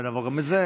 ונעבור גם את זה.